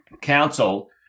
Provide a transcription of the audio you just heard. council